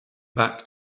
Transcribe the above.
back